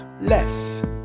less